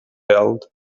held